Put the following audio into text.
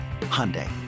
Hyundai